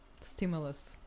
Stimulus